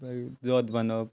जोत बांदप